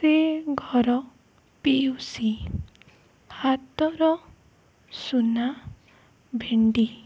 ସେ ଘର ପିଉସୀ ହାତର ସୁନା ଭେଣ୍ଡି